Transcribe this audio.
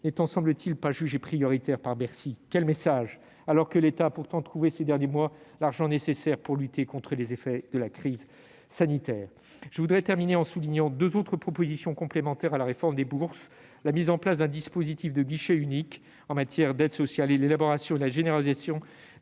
n'étant semble-t-il pas jugée prioritaire par Bercy. Quel message, alors que l'État a pourtant trouvé ces derniers mois l'argent nécessaire pour lutter contre les effets de la crise sanitaire ! Je terminerai en soulignant deux autres propositions complémentaires à la réforme des bourses : d'une part, la mise en place d'un dispositif de guichet unique en matière d'aides sociales, d'autre part, l'élaboration et la généralisation